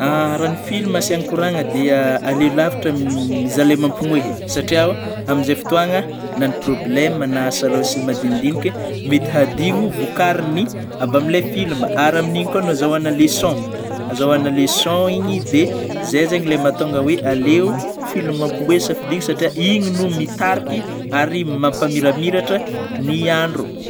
Raha ny filma no asiana kôragna dia aleo lavitra mizaha ilay mampimoehy satria o amin'izay fotoagna na ny problème na asa lôha sy ny madinidiniky mety hadigno vokarin'ny avy amin'ilay filma ary amin'igny koa no azahoagna leçon azahoana leçon igny de zay zegny ilay mahatonga hoe aleo filma mampimoehy no safidigna satria igny no mitariky ary mampamiramiratra ny andro.